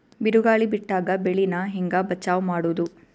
ಬಿರುಗಾಳಿ ಬಿಟ್ಟಾಗ ಬೆಳಿ ನಾ ಹೆಂಗ ಬಚಾವ್ ಮಾಡೊದು?